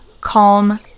calm